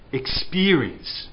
experience